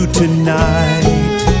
tonight